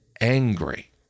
angry